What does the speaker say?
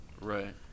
Right